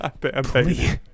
Please